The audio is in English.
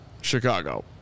Chicago